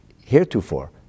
heretofore